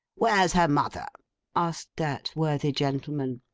where's her mother asked that worthy gentleman.